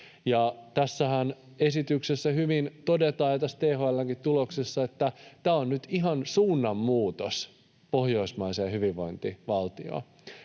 THL:nkin tuloksissa hyvin todetaan, että tämä on nyt ihan suunnanmuutos pohjoismaiseen hyvinvointivaltioon.